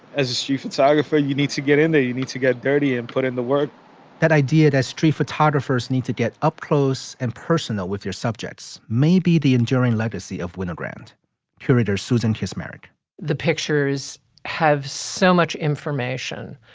as a shoe photographer. you need to get in there. you need to get dirty and put in the work that idea that street photographers need to get up close and personal with your subjects may be the enduring legacy of winogrand curator susan kiss merrick the pictures have so much information,